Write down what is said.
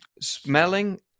smelling